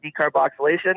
decarboxylation